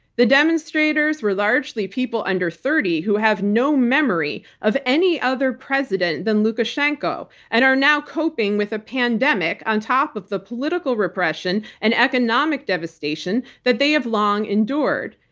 the demonstrators were largely people under thirty who have no memory of any other president than lukashenko, and are now coping with a pandemic pandemic on top of the political repression and economic devastation that they have long endured.